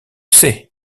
c’est